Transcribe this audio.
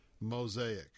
mosaic